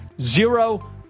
zero